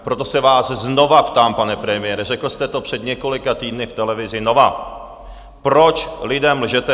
Proto se vás znovu ptám, pane premiére, řekl jste to před několika týdny v televizi Nova, proč lidem lžete?